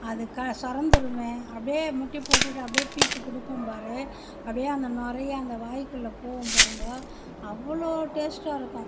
அது கா சொரந்திரமே அப்படியே முட்டி போட்டுகிட்டு அப்படியே பீச்சி குடிப்போம் பார் அப்படியே அந்த நுரைய வாய்க்குள்ளே போவும் பாருங்கோ அவ்வளோ டேஸ்டாகருக்கும்